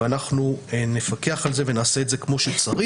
ואנחנו נפקח על זה ונעשה את זה כמו שצריך.